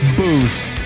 boost